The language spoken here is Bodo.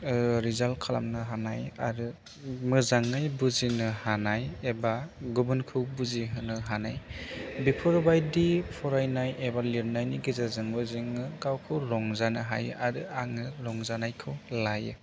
रिजाल्ट खालामनो हानाय आरो मोजाङै बुजिनो हानाय एबा गुबुनखौ बुजि होनो हानाय बेफोरबायदि फरायनाय एबा लिरनायनि गेजेरजोंबो जोङो गावखौ रंजानो हायो आरो आङो रंजानायखौ लायो